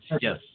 Yes